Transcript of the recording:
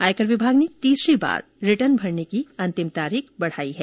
आयकर विभाग ने तीसरी बार रिटर्न भरने की अंतिम तारीख बढाई है